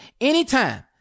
anytime